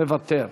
מוותר.